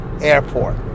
Airport